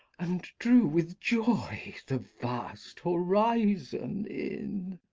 and drew with joy the vast horizon in.